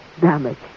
damage